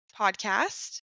podcast